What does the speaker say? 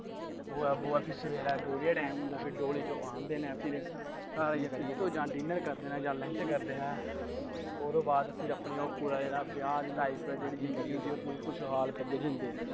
ओ ऐ बो ऐ फिर सबेरे डोली दा टैम होंदा फिर डोली च ओह् आह्नदे न फिर घर आइयै फिर तो जां डिनर करदे न जां लंच करदे न ओह्दे बाद फिर अपनी ओह् पूरा जेह्ड़ा ब्याह् आह्ली लाइफ जेह्ड़ी जिन्दगी होंदी ऐ ओह् पूरी खुशहाल करियै जींदे न